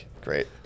Great